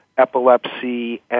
epilepsy